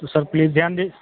तो sir please ध्यान दी